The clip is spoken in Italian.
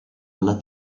alla